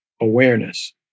awareness